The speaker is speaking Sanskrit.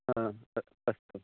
हा अस्तु अस्तु